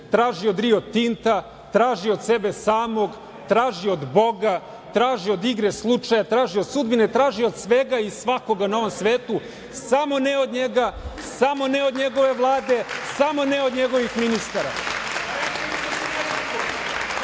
traži od Rio Tinta, traži od sebe samog, traži od boga, traži od igre slučaja, traži od sudbine, traži od svega i svakoga na ovom svetu, samo ne od njega, samo ne od njegove Vlade, samo ne od njegovih ministara. Aman,